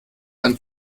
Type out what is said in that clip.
dann